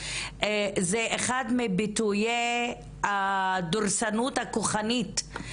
זה אחד מביטויי הדורסנות הכוחנית.